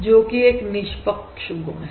जो कि एक निष्पक्ष गुण है